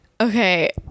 Okay